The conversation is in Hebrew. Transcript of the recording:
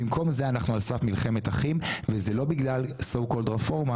במקום זה אנחנו על סף מלחמת אחים וזה לא בגלל מה שנקרא רפורמה